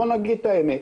בואו נגיד את האמת,